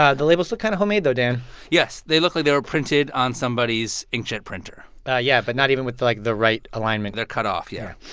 ah the labels look kind of homemade though, dan yes, they look like they were printed on somebody's inkjet printer yeah yeah, but not even with the like the right alignment they're cut off, yeah